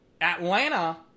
Atlanta